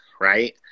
right